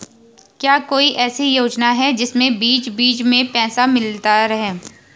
क्या कोई ऐसी योजना है जिसमें बीच बीच में पैसा मिलता रहे?